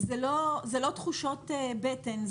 אלה לא תחושות בטן.